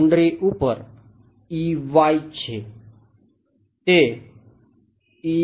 boundary ઉપર છે